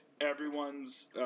everyone's